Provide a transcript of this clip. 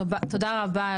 תודה רבה,